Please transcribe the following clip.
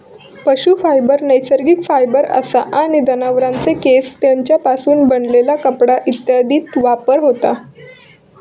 पशू फायबर नैसर्गिक फायबर असा आणि जनावरांचे केस, तेंच्यापासून बनलेला कपडा इत्यादीत वापर होता